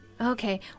Okay